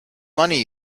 money